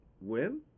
win